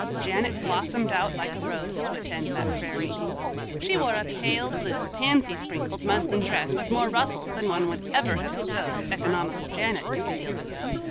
janet blossomed out like a rose to attend that prayer-meeting. she wore a pale-blue, pansy-sprinkled muslin dress with more ruffles than one would ever have supposed economical janet could be guilty of,